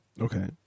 Okay